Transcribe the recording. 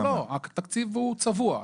לא, התקציב הוא צבוע.